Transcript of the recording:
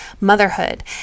motherhood